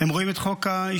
הם רואים את חוק ההשתמטות,